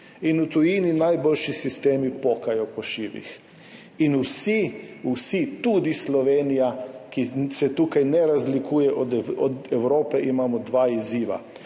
In v tujini najboljši sistemi pokajo po šivih. Vsi, vsi, tudi Slovenija, ki se tukaj ne razlikuje od Evrope, imamo dva izziva